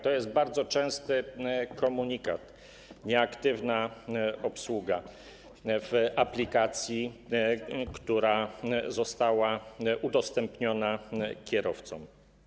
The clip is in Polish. To jest bardzo częsty komunikat: nieaktywna obsługa w aplikacji, która została udostępniona kierowcom.